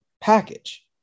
package